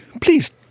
Please